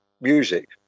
music